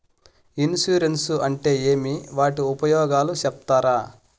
Insurance అంటే ఏమి? వాటి ఉపయోగాలు సెప్తారా?